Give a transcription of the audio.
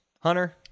hunter